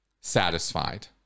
satisfied